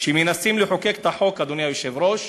כשמנסים לחוקק את החוק, אדוני היושב-ראש,